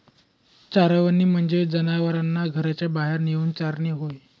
चरवणे म्हणजे जनावरांना घराच्या बाहेर नेऊन चारणे होय